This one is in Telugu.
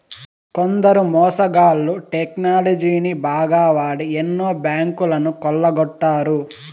కొందరు మోసగాళ్ళు టెక్నాలజీని బాగా వాడి ఎన్నో బ్యాంకులను కొల్లగొట్టారు